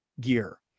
gear